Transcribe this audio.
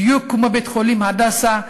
בדיוק כמו בית-חולים "הדסה".